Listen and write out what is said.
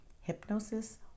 hypnosis